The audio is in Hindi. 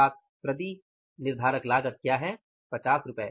अर्थात प्रति निर्धारक लागत क्या है 50 रु